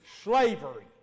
slavery